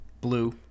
blue